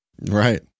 Right